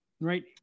Right